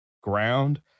ground